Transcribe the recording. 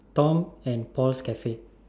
Tom and Paul's Cafe